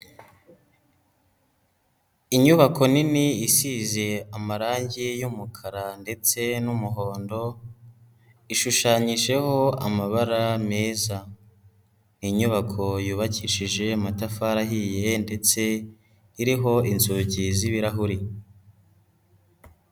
Inyubako nini isize amarangi y'umukara ndetse n'umuhondo, ishushanyijeho amabara meza. Inyubako yubakishije amatafari ahiye, ndetse iriho inzugi z'ibirahuri.